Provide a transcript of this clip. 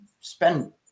spend